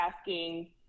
asking